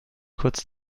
kurz